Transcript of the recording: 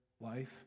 life